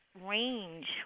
range